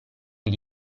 gli